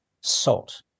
SALT